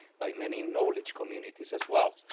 by many knowledge communities as well.